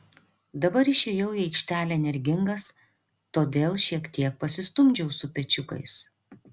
dabar išėjau į aikštelę energingas todėl šiek tiek pasistumdžiau su pečiukais